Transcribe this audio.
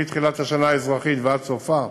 מתחילת השנה האזרחית ועד סופה.